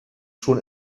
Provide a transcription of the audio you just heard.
schon